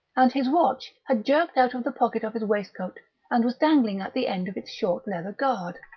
and his watch had jerked out of the pocket of his waistcoat and was dangling at the end of its short leather guard.